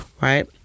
Right